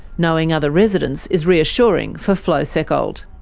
knowing other residents is reassuring for flo seckold.